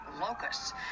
locusts